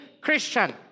Christian